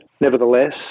Nevertheless